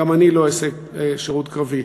גם אני לא אעשה שירות קרבי.